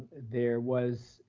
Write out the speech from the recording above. there was